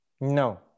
No